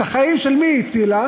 את החיים של מי היא הצילה?